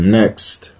next